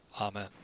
Amen